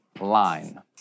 line